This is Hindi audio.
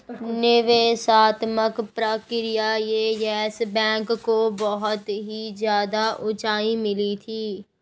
निवेशात्मक प्रक्रिया से येस बैंक को बहुत ही ज्यादा उंचाई मिली थी